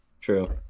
True